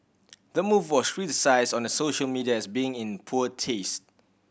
the move was criticised on the social media as being in poor taste